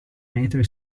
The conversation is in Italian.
metri